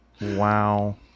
wow